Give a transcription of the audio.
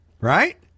right